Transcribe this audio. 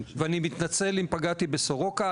אני מתנצל אם פגעתי בסורוקה,